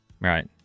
Right